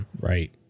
Right